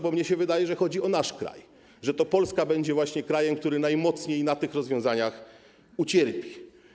Bo mnie się wydaje, że chodzi o nasz kraj, że to Polska będzie właśnie krajem, który najmocniej na tych rozwiązaniach ucierpi.